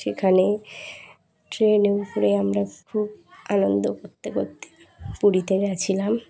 সেখানে ট্রেনে উপরে আমরা খুব আনন্দ করতে করতে পুরীতে গিয়েছিলাম